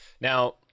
Now